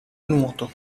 nuoto